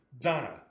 Donna